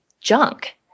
junk